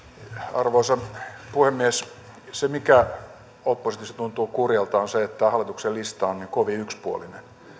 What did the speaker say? arvoisa puhemies se mikä oppositiossa tuntuu kurjalta on se että tämä hallituksen lista on niin kovin yksipuolinen